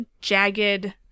jagged